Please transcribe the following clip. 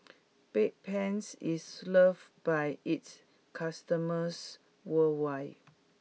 Bedpans is loved by its customers worldwide